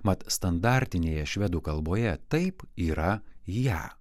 mat standartinėje švedų kalboje taip yra ją